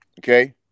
okay